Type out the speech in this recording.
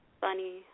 funny